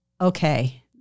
okay